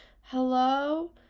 hello